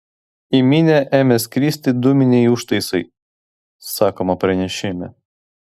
į minią ėmė skristi dūminiai užtaisai sakoma pranešime